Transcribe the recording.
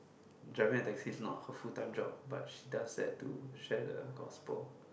driving the taxi is not her full time job but she does that to share the gospel